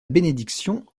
bénédiction